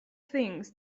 things